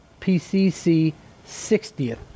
pcc60th